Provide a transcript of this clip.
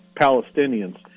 Palestinians